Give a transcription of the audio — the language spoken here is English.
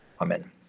Amen